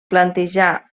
plantejar